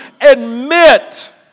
admit